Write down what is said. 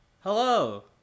Hello